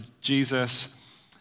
Jesus